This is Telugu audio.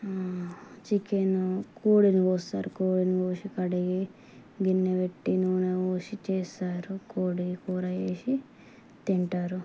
చికెను కోడిని కోస్తారు కోడిని కోసి కడిగి గిన్నె పెట్టి నూనె పోసి చేస్తారు కోడికూర చేసి తింటారు